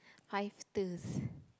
five twos